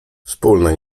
wspólne